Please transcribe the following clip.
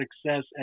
success